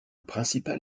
principal